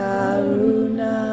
Karuna